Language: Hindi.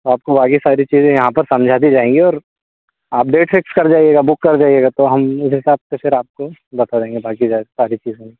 आपको बाक़ी सारी चीज़े यहाँ पर समझा दी जाएंगी और आप डेट फिक्स कर जाइएगा बुक कर जाइएगा तो हम उस हिसाब से फिर आपको बता देंगे बाक़ी सा सारी चीज़े